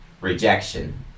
rejection